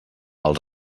els